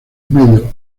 medio